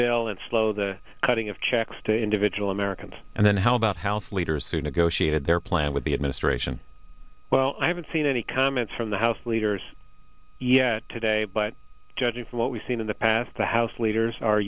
bill and slow the cutting of checks to individual americans and then how about house leaders who negotiated their plan with the administration well i haven't seen any comments from the house leaders yet today but judging from what we've seen in the past the house leaders are